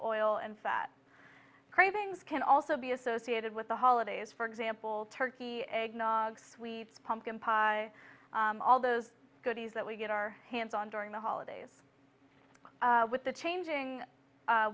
oil and fat cravings can also be associated with the holidays for example turkey eggnog sweet pumpkin pie all those goodies that we get our hands on during the holidays with the changing